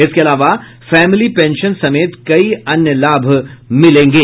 इसके अलावा family pension समेत कई अन्य लाभ मिलेंगे